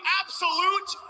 absolute